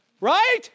Right